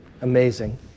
Amazing